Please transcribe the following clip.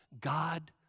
God